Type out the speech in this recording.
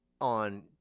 on